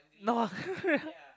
no